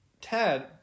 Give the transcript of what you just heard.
Ted